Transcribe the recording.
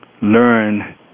learn